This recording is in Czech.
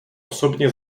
osobně